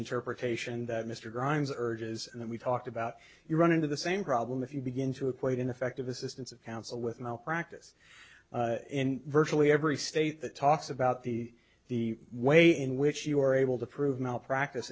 interpretation that mr grimes urges that we talked about you run into the same problem if you begin to equate ineffective assistance of counsel with malpractise in virtually every state that talks about the the way in which you are able to prove malpracti